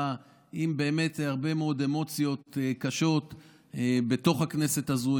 עם הרבה מאוד אמוציות קשות בתוך הכנסת הזאת,